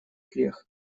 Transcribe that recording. грех